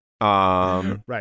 Right